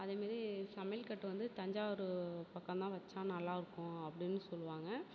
அதே மாதிரி சமையல் கட்டு வந்து தஞ்சாவூரு பக்கம் தான் வச்சால் நல்லாருக்கும் அப்படின்னு சொல்லுவாங்க